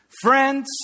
Friends